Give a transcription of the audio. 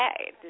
okay